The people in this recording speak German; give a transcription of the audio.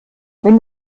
wenn